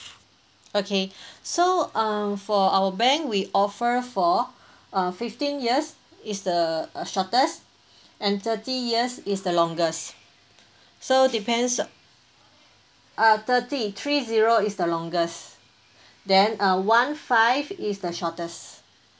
okay so err for our bank we offer for uh fifteen years is the uh shortest and thirty years is the longest so depends uh thirty three zero is the longest then uh one five is the shortest